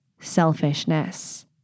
selfishness